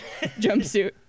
jumpsuit